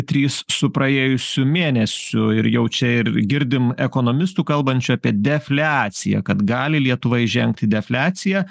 trys su praėjusiu mėnesiu ir jau čia ir girdim ekonomistų kalbančių apie defliaciją kad gali lietuva įžengt į defliaciją